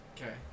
Okay